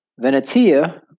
Venetia